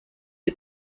who